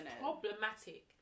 problematic